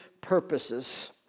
purposes